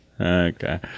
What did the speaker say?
Okay